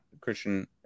Christian